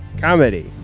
comedy